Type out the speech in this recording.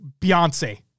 Beyonce